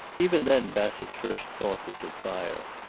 even then bassett's first thought was of fire.